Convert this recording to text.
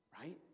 right